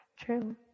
True